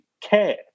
care